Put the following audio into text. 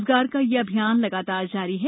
रोजगार का ये अभियान लगातार जारी है